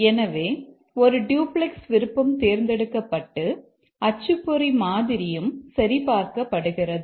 எனவே ஒரு டூப்ளக்ஸ் விருப்பம் தேர்ந்தெடுக்கப்பட்டு அச்சுப்பொறி மாதிரியும் சரிபார்க்கப்படுகிறது